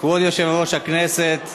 כבוד היושב-ראש, כנסת נכבדה,